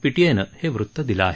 पीटीआयनं हे वृत दिलं आहे